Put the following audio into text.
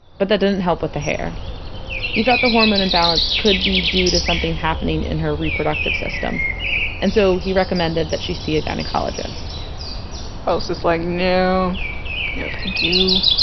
but that didn't help with the hair he thought the hormone imbalance could be due to something happening in her reproductive system and so he recommended she see a gynecologist i was just like no no thank you